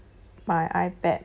my ipad